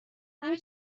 همه